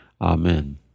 Amen